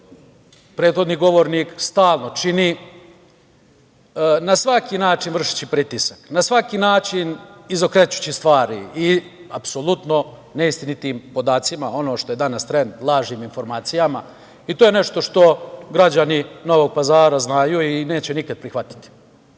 prethodni govornik stalno čini, na svaki način vršeći pritisak, na svaki način izokrećući stvari apsolutno neistinitim podacima i ono što je danas trend – lažnim informacijama. To je nešto što građani Novog Pazara znaju i neće nikad prihvatiti. Nastupi